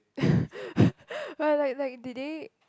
but like like did they